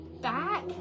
back